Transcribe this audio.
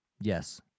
Yes